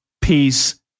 peace